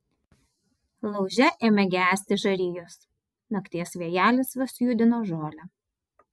lauže ėmė gesti žarijos nakties vėjelis vos judino žolę